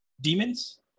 demons